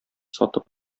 сатып